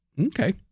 Okay